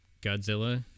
Godzilla